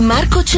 Marco